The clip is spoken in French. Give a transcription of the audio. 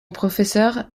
professeur